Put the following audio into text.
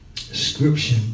Scripture